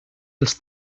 els